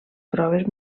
proves